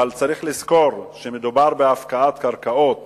אבל צריך לזכור שמדובר בהפקעת קרקעות